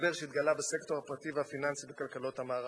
שהתגלה בסקטור הפרטי והפיננסי בכלכלת המערב.